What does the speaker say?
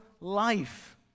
life